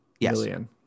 million